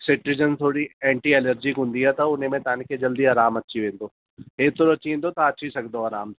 cetirizine थोरी anti allergic हूंदी आहे त उन में तव्हांखे जल्दी आरामु अची वेंदो ऐतिरो अची वेंदो तव्हां अची सघंदव आराम सां